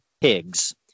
pigs